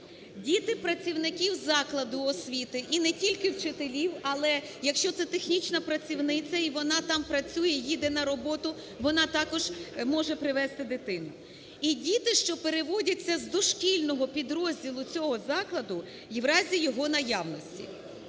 Діти працівників закладу освіти і не тільки вчителів, але, якщо це технічна працівниця, і вона там працює, їде на роботу, вона також може привести дитину. І діти, що переводяться з дошкільного підрозділу цього закладу в разі його наявності.